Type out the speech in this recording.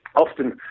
often